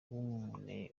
w’umukene